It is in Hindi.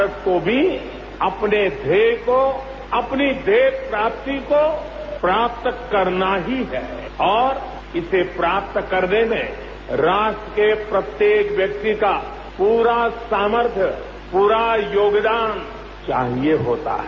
भारत को भी अपने ध्येय को अपनी ध्येय प्राप्ति को प्राप्त करना ही है और इसे प्राप्त करने में राष्ट्र के प्रत्येक व्यक्ति का पूरा सामर्थ्य पूरा योगदान चाहिए होता है